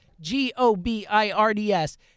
G-O-B-I-R-D-S